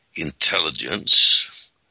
intelligence